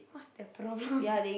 what's their problem